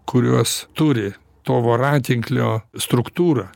kuriuos turi to voratinklio struktūra